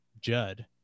Judd